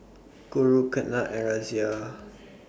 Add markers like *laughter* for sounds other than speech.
Guru Ketna and Razia *noise*